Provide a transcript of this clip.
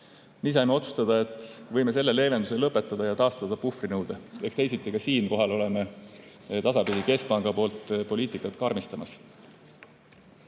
Nii saime otsustada, et võime selle leevenduse lõpetada ja taastada puhvrinõude, ehk ka siinkohal oleme tasapisi keskpanga poliitikat karmistamas.